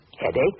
Headache